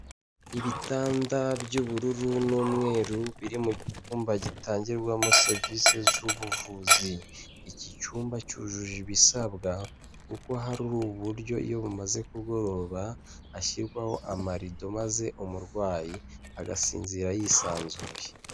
Ibitanda by'ubururu n'umweru biri mu cyumba gitangirwamo serivise z'ubuvuzi, iki cyumba cyujuje ibisabwa kuko hari uburyo iyo bumaze kugoroba hashyirwaho amarido maze umurwayi agasinzira yisanzuye.